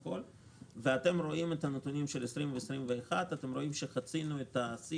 אתם רואים בנתונים של 2021 שחצינו את השיא